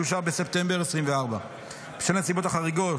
שאושר בחודש בספטמבר 2024. בשל הנסיבות החריגות,